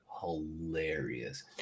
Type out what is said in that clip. hilarious